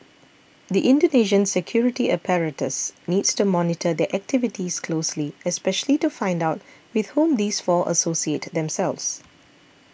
the Indonesian security apparatus needs to monitor their activities closely especially to find out with whom these four associate themselves